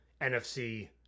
NFC